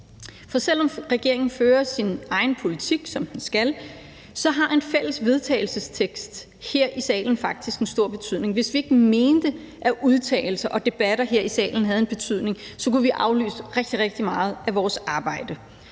For selv om regeringen fører sin egen politik, som den skal, har et fælles forslag til vedtagelse her i salen faktisk en stor betydning. Hvis vi ikke mente, at udtalelser og debatter her i salen havde en betydning, så kunne vi aflyse rigtig, rigtig meget af vores arbejde.